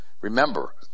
Remember